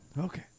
Okay